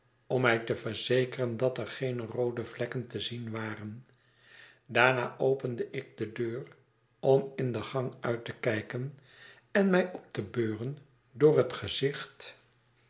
om mij te verzekeren dat er geene roode vlekken te zien waren daarna opende ik de deur omin den ganguitte kijken en mij op te beuren door het gezicht